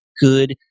good